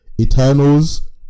Eternals